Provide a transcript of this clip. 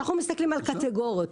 שכשאנחנו מסתכלים על קטגוריות,